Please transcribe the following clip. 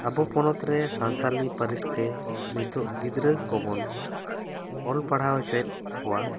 ᱟᱵᱚ ᱯᱚᱱᱚᱛ ᱨᱮ ᱥᱟᱱᱛᱟᱲᱤ ᱯᱟᱹᱨᱤᱥ ᱛᱮ ᱱᱤᱛᱚᱜ ᱜᱤᱫᱽᱨᱟᱹ ᱠᱚ ᱵᱚᱱ ᱚᱞ ᱯᱟᱲᱦᱟᱣ ᱚᱪᱚᱭᱮᱫ ᱠᱚᱣᱟ